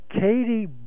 Katie